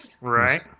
Right